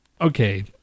okay